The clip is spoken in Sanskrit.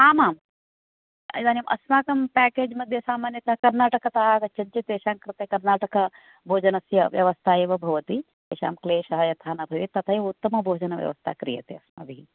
आम् आम् इदानीम् अस्माकं पैकेज् मध्ये सामान्यतः कर्णाटकतः आगच्छन्ति चेत् तेषां कृते कर्णाटकाभोजनस्य व्यवस्था एव भवति तेषां क्लेषः यथा न भवेत् तथैव उत्तमभोजनव्यवस्था क्रियते अस्माभिः